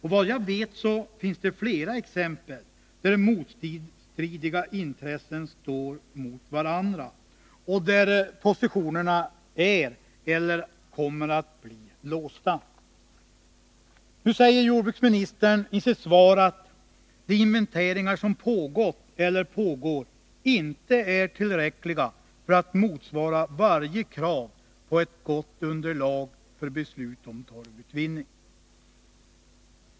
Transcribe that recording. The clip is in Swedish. Såvitt jag vet finns det flera exempel där motstridiga intressen står mot varandra, och där positionerna är eller kommer att bli låsta. Nu säger jordbruksministern i sitt svar att de inventeringar som pågått eller pågår inte är tillräckliga för att motsvara varje krav på ett gott underlag för beslut om torvutvinning.